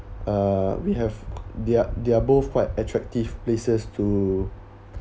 uh we have they're they're both quite attractive places to